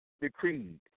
decreed